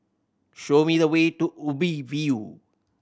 show me the way to Ubi View